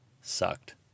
sucked